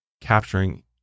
capturing